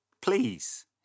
please